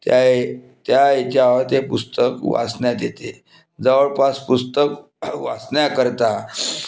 त्या त्या याच्यावर ते पुस्तक वाचण्यात येते जवळपास पुस्तक वाचण्याकरिता